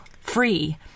free